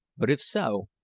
but if so,